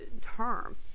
term